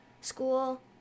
school